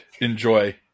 enjoy